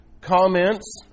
comments